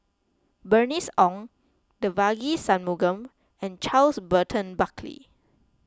Bernice Ong Devagi Sanmugam and Charles Burton Buckley